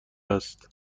است